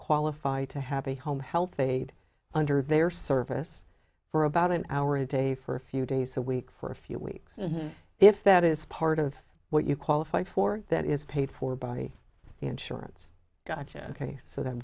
qualify to have a home health aide under their service for about an hour a day for a few days a week for a few weeks if that is part of what you qualify for that is paid for by the insurance ok so then